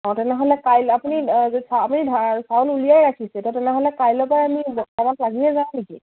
অঁ তেনেহ'লে কাইলে আপুনি আপুনি চাউল উলিয়াই ৰাখিছে ত' তেনেহ'লে কাইলৈৰ পৰাই আমি কামত লাগিয়ে যাওঁ নেকি